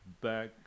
back